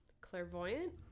clairvoyant